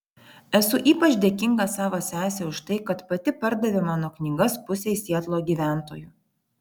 esu ypač dėkinga savo sesei už tai kad pati pardavė mano knygas pusei sietlo gyventojų